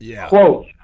Quote